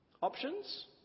Options